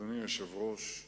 אז יושב-ראש האופוזיציה,